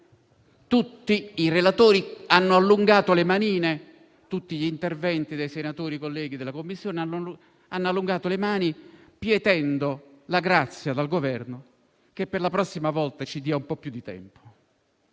prossima volta, di non farlo più. In tutti i loro interventi, i senatori colleghi della Commissione hanno allungato le mani pietendo la grazia dal Governo, che per la prossima volta ci dia un po' più di tempo.